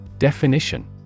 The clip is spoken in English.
Definition